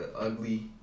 ugly